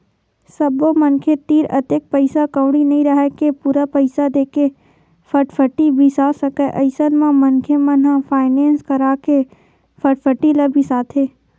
सब्बो मनखे तीर अतेक पइसा कउड़ी नइ राहय के पूरा पइसा देके फटफटी बिसा सकय अइसन म मनखे मन ह फायनेंस करा के फटफटी ल बिसाथे